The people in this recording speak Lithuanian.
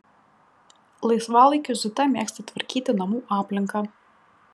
laisvalaikiu zita mėgsta tvarkyti namų aplinką